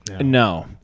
No